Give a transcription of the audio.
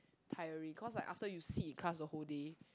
tiring cause like after you sit in class the whole day